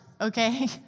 okay